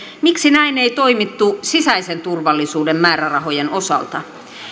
miksi näin ei toimittu sisäisen turvallisuuden määrärahojen osalta